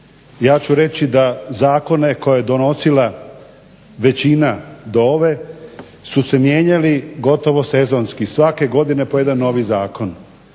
Ja ću reći da zakone koje je donosila većina do ove su se mijenjali gotovo sezonski. Svake godine po jedan novi zakon.